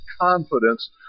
confidence